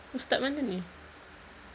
ustaz mana ni